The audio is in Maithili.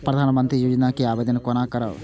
प्रधानमंत्री योजना के आवेदन कोना करब?